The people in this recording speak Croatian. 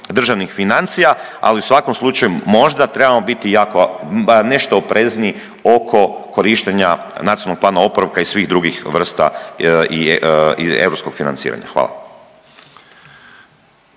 državnih financija, ali u svakom slučaju možda trebamo biti jako, bar nešto oprezniji oko korištenja NPOO-a i svih drugih vrsta iz europskog financiranja. Hvala.